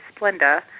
Splenda